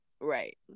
right